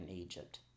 Egypt